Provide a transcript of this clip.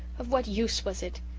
of what use was it?